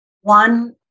One